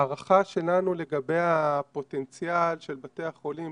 ההערכה שלנו לגבי הפוטנציאל של בתי החולים,